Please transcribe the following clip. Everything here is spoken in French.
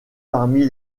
parmi